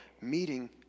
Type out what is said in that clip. meeting